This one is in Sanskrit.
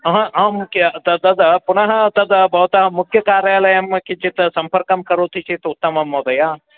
ह अहं तद् पुनः तद् भवतः मुख्यकार्यालयं किञ्चित् सम्पर्कं करोति चेत् उत्तमं महोदय